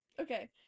Okay